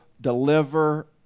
deliver